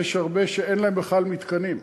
יש הרבה שאין להן בכלל מתקנים,